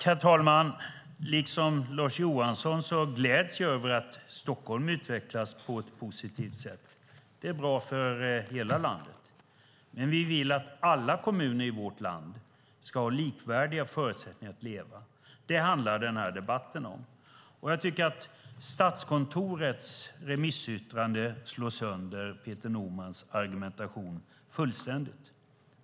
Herr talman! Liksom Lars Johansson gläds jag över att Stockholm utvecklas på ett positivt sätt. Det är bra för hela landet. Men vi vill att alla kommuner i vårt land ska ha likvärdiga förutsättningar att leva. Det handlar den här debatten om. Jag tycker att Statskontorets remissyttrande slår sönder Peter Normans argumentation fullständigt.